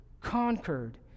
conquered